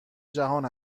جهان